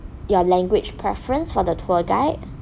your language preference for the tour guide